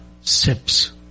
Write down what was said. Sips